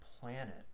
planet